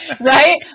right